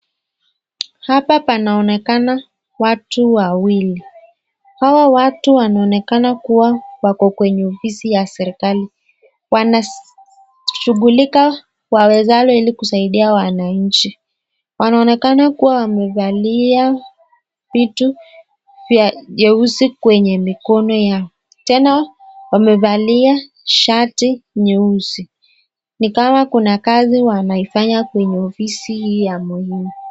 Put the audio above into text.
Hapa panaonekana watu wawili. Hawa watu wanaonekana kuwa wako kwenye ofisi ya serikali. Wanashughulika wawezalo ili kusaidia wananchi. Wanaonekana kuwa wamevalia vitu vya nyeusi kwenye mikono yao. Tena wamevalia shati nyeusi. Ni kama kuna kazi wanaifanya kwenye ofisi hii ya muhimu.